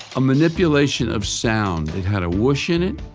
a manipulation of sound. it had a whoosh in it,